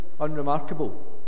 unremarkable